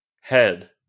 head